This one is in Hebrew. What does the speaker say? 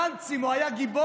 גנץ, אם הוא היה גיבור,